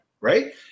right